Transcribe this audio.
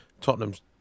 Tottenham's